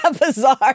Bizarre